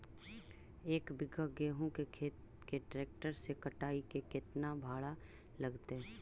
एक बिघा गेहूं के खेत के ट्रैक्टर से कटाई के केतना भाड़ा लगतै?